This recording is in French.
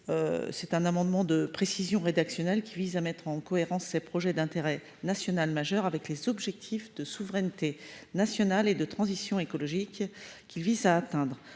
C'est un amendement de précision rédactionnelle qui vise à mettre en cohérence ses projets d'intérêt national majeur avec les objectifs de souveraineté nationale et de transition écologique qui vise à atteindre